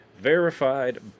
verified